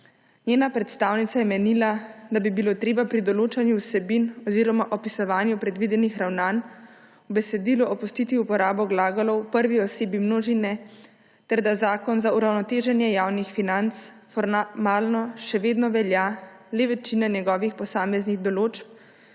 Njena predstavnica je menila, da bi bilo treba pri določanju vsebin oziroma opisovanju predvidenih ravnanj v besedilu opustiti uporabo glagolov v prvi osebi množine ter da Zakon za uravnoteženje javnih financ formalno še vedno velja, le večina njegovih posameznih določb